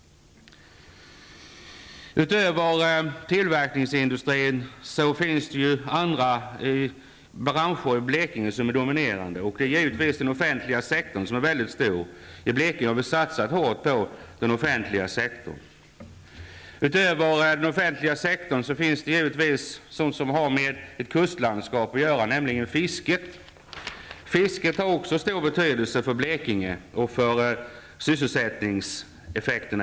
Utöver tillverkningsindustrin finns andra branscher i Blekinge som är dominerande -- och givetvis den offentliga sektorn, som är mycket stor. Vi satsar hårt på den offentliga sektorn i Blekinge. Utöver den offentliga sektorn finns det sådant som har med kustlandskapet att göra, nämligen fisket, som har stor betydelse för Blekinge och sysselsättningen där.